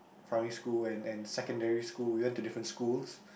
primary school and and secondary school we went to different schools